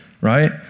right